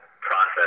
process